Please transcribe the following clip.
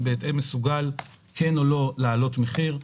ובהתאם מסוגל או לא מסוגל להעלות מחיר.